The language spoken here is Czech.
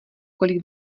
kolik